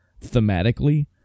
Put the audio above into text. thematically